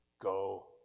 go